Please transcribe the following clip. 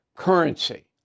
currency